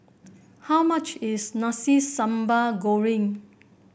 how much is Nasi Sambal Goreng